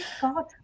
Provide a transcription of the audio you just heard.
God